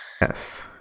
yes